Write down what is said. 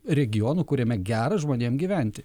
regionu kuriame gera žmonėm gyventi